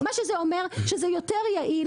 מה שזה אומר שזה יותר יעיל